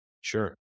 Sure